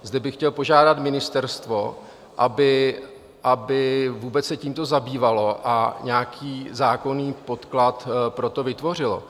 Zde bych chtěl požádat ministerstvo, aby se vůbec tímto zabývalo a nějaký zákonný podklad pro to vytvořilo.